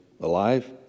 alive